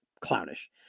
clownish